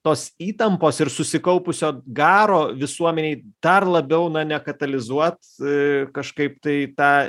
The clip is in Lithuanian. tos įtampos ir susikaupusio garo visuomenėj dar labiau na nekatalizuot kažkaip tai tą